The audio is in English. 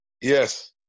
Yes